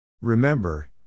Remember